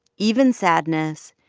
even sadness,